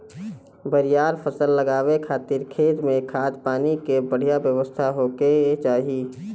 बरियार फसल लगावे खातिर खेत में खाद, पानी के बढ़िया व्यवस्था होखे के चाही